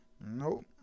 Nope